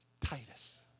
Titus